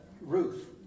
Ruth